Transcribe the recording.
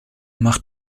macht